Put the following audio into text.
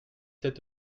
c’est